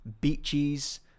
beaches